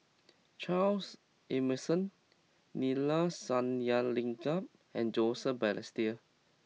Charles Emmerson Neila Sathyalingam and Joseph Balestier